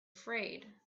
afraid